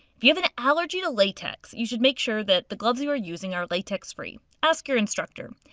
if you have an allergy to latex, you should make sure that the gloves you are using are latex free ask your instructor.